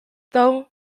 though